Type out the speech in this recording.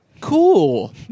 cool